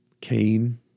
Cain